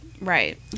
Right